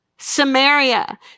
Samaria